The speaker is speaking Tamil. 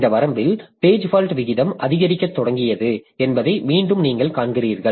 இந்த வரம்பில் பேஜ் ஃபால்ட் விகிதம் அதிகரிக்கத் தொடங்கியது என்பதை மீண்டும் நீங்கள் காண்கிறீர்கள்